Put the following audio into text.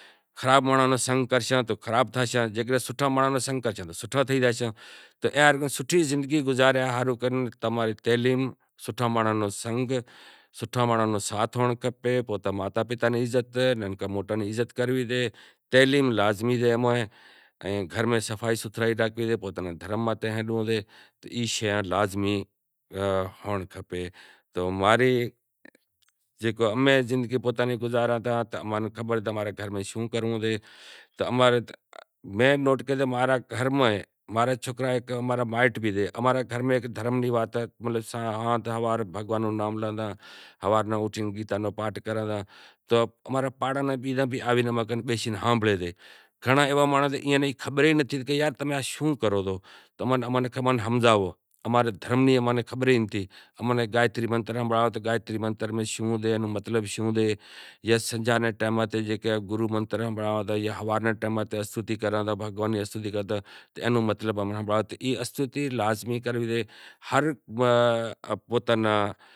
خراب مانڑان نو سنگ کرشاں تو خراب تھیشاں سوٹھاں مانڑاں نو سنگ کرشاں تو سوٹھا تھیشاں، سوٹھاں مانڑاں نو سنگ ہنڑ کھپے ماتا پتا نی عزت کرنوی سے تعلیم لازمی سے ائیں گھر میں صفائی ستھرائی راکھنڑی سے دھرم ماتھے ہلنڑو سے۔ اماں گھر میں زندگی گزاراں تا تو امیں خبر سے امیں شوں کرنڑو سے۔ امیں ہوارو اوٹھے بھگوان نو نام لیاں تا گیتا نو پاٹھ کراں تا اماں را باڑاں بھیگا بیزا بیشے ہانبھڑیں تا گھنڑاں مانڑاں نی ای خبر ای نتھی تناں شوں کرنوو تو، اماں ناں بھی ہمزائو، اماں ناں گائتری منتر ہمزائو کہ گائتری منتر شوں سے ای رو مطلب شوں سے یا سجاں ٹیماں ماتھے منتر ہنبھڑائو ای استتوی لازمی کرنوی سے ہر پوتاں نیں۔